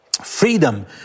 Freedom